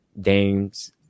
Dame's